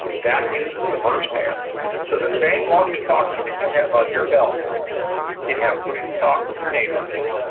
that uses the murs band so the same walkie-talkie that you have on your belt can have push-to-talk with your neighbors.